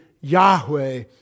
Yahweh